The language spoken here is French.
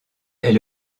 est